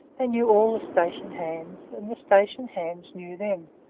they knew all the station hands, and the station hands knew them.